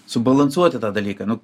subalansuoti tą dalyką nu